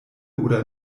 oder